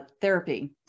therapy